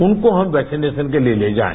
उनको हम वैक्सीनेशन के लिए ले जाएं